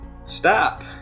Stop